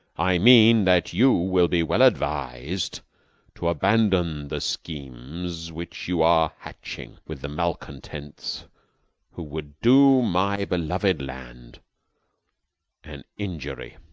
i mean that you will be well advised to abandon the schemes which you are hatching with the malcontents who would do my beloved land an injury.